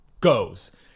goes